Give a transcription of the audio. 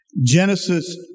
Genesis